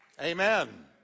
Amen